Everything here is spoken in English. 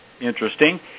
Interesting